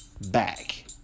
back